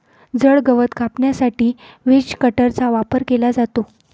जड गवत कापण्यासाठी हेजकटरचा वापर केला जातो